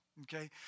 Okay